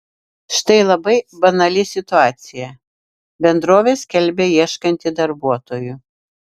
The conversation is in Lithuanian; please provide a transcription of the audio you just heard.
štai labai banali situacija bendrovė skelbia ieškanti darbuotojų